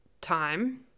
time